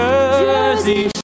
Jersey